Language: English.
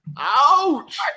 ouch